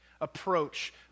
approach